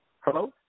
Hello